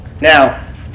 Now